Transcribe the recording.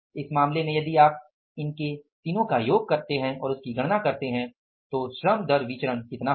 इस मामले में यदि आप इन 3 के योग की गणना करते हैं तो श्रम दर विचरण कितना होगा